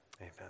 amen